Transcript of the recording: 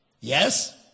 Yes